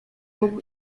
mógł